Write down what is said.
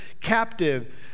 captive